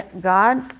God